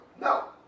no